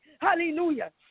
Hallelujah